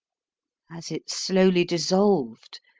as it slowly dissolved,